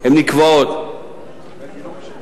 הן נקבעות באישור,